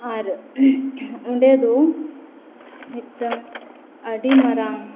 ᱟᱨ ᱚᱸᱰᱮ ᱫᱚ ᱢᱤᱫᱴᱟᱝ ᱟᱹᱰᱤᱢᱟᱨᱟᱝ